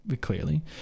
Clearly